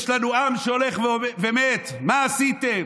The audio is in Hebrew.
יש לנו עם שהולך ומת, מה עשיתם?